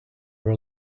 were